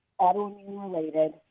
autoimmune-related